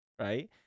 right